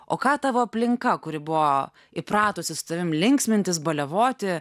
o ką tavo aplinka kuri buvo įpratusi su tavimi linksmintis baliavoti